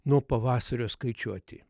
nuo pavasario skaičiuoti